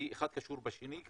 כי אחד קשור בשני.